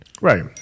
Right